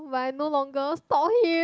but I no longer stalk him